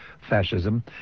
fascism